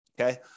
Okay